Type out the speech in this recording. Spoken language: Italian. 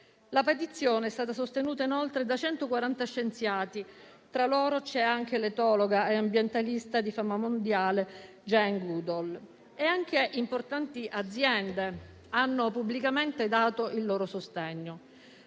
La petizione è stata sostenuta, inoltre, da 140 scienziati, tra cui anche l'etologa e ambientalista di fama mondiale Jane Goodall; anche importanti aziende hanno pubblicamente dato il loro sostegno.